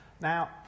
Now